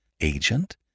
agent